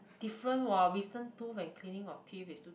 different what wisdom tooth and cleaning of teeth is two